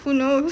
who knows